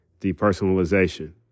Depersonalization